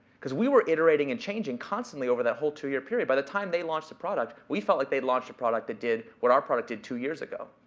cause we were iterating and changing constantly over that whole two year period. by the time they launched the product, we felt like they'd launched a product that did what our product did two years ago.